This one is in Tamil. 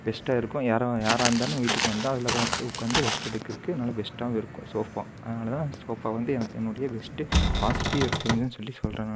பெஸ்ட்டாக இருக்கும் யாராக யாராக இருந்தாலும் வீட்டுக்கு வந்தால் அதில் பார்த்து உட்காந்து ரெஸ்ட் எடுக்கிறதுக்கு நல்லா பெஸ்ட்டாகவும் இருக்கும் சோஃபா அதனால் தான் சோஃபா வந்து என்னோ என்னோடைய பெஸ்ட் பாஸிட்டிவ் எக்ஸ்பீரியன்ஸ்ஸுனு சொல்லி சொல்கிறேன் நான்